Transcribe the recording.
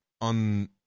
on